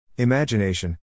Imagination